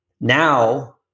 Now